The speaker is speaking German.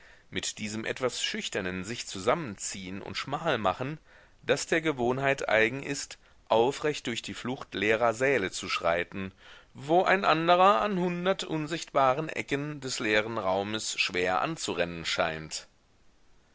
mit diesem etwas schüchternen sichzusammenziehen und schmalmachen das der gewohnheit eigen ist aufrecht durch die flucht leerer säle zu schreiten wo ein anderer an hundert unsichtbaren ecken des leeren raumes schwer anzurennen scheint